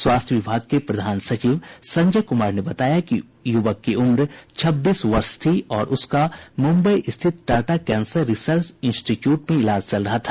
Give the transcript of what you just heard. स्वास्थ्य विभाग के प्रधान सचिव संजय कुमार ने बताया कि युवक का उम्र छब्बीस वर्ष थी और उसका मुंबई स्थित टाटा कैंसर रिसर्च इंस्टीच्यूट में इलाज चल रहा था